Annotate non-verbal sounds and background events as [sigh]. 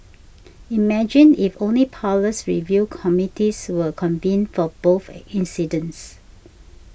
imagine if only powerless review committees were convened for both [hesitation] incidents